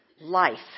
life